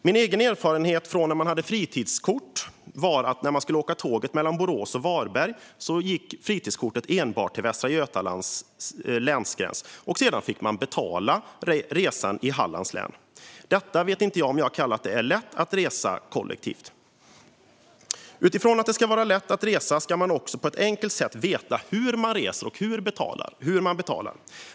Min egen erfarenhet från när jag hade fritidskort är att när jag skulle åka tåget mellan Borås och Varberg gällde fritidskortet bara till Västra Götalands länsgräns. Sedan fick jag betala för resan i Hallands län. Jag vet inte om man kan kalla detta för att det är lätt att resa kollektivt. Utifrån att det ska vara lätt att resa ska man också på ett enkelt sätt veta hur man reser och hur man betalar.